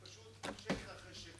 פשוט שקר אחרי שקר.